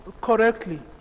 correctly